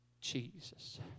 Jesus